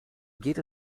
geht